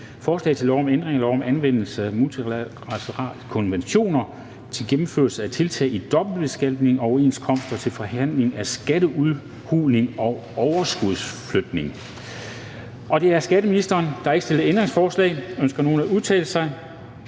Forslag til lov om ændring af lov om anvendelse af multilateral konvention til gennemførelse af tiltag i dobbeltbeskatningsoverenskomster til forhindring af skatteudhuling og overskudsflytning. (Tilbagetrækning af to forbehold efter den multilaterale